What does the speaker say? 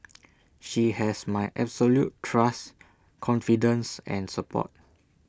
she has my absolute trust confidence and support